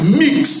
mix